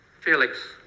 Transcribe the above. Felix